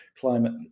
climate